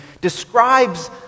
describes